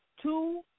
two